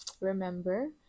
Remember